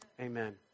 Amen